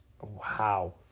Wow